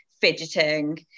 fidgeting